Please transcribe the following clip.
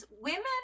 women